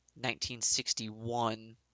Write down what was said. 1961